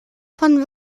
von